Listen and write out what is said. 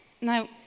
Now